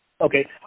Okay